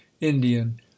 indian